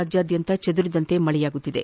ರಾಜ್ವಾದ್ಯಂತ ಚದುರಿದಂತೆ ಮಳೆಯಾಗಿದೆ